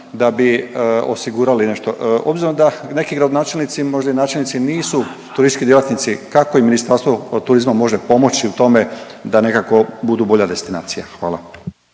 da bi osigurali nešto. Obzirom da neki gradonačelnici možda i načelnici nisu turistički djelatnici kako im Ministarstvo turizma može pomoći u tome da nekako budu bolja destinacija. Hvala.